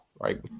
right